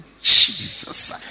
Jesus